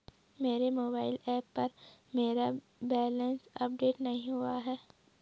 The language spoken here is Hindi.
मेरे मोबाइल ऐप पर मेरा बैलेंस अपडेट नहीं हुआ है